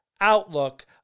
outlook